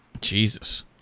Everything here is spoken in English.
Jesus